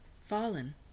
Fallen